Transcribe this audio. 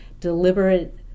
deliberate